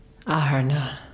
Aherna